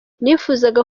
nifuzaga